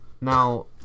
Now